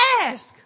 ask